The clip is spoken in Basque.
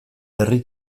herri